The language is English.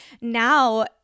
now